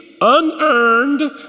unearned